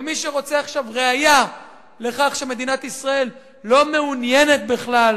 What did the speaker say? ומי שרוצה עכשיו ראיה לכך שמדינת ישראל לא מעוניינת בכלל